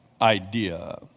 idea